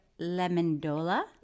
Lemondola